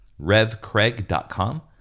revcraig.com